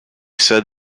said